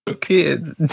Kids